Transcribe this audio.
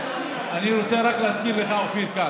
אני רוצה רק להזכיר לך, אופיר כץ,